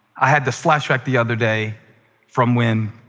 i had this flashback the other day from when,